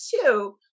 two